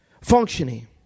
functioning